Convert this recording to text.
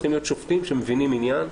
צריכים להיות שופטים ושופטות שמבינים עניין,